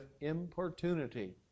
importunity